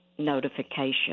notification